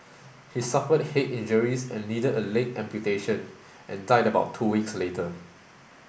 he suffered head injuries and needed a leg amputation and died about two weeks later